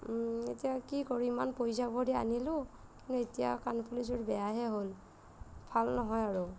এতিয়া কি কৰিম ইমান পইচা ভৰি আনিলোঁ কিন্তু এতিয়া কাণফুলিযোৰ বেয়াহে হ'ল ভাল নহয় আৰু